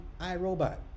iRobot